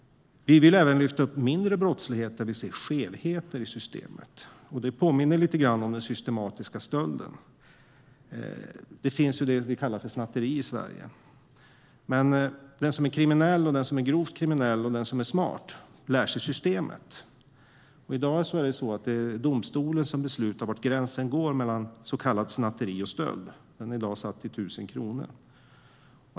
Vi vill även lyfta upp småbrottslighet, där vi ser skevheter i systemet. Det påminner lite grann om systematisk stöld. Det finns ju det vi kallar snatteri i Sverige. Men den som är kriminell eller grovt kriminell och den som är smart lär sig systemet. I dag är det domstolen som beslutar var gränsen går mellan så kallat snatteri och stöld. Gränsen är i dag satt till 1 000 kronor.